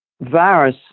virus